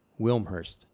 Wilmhurst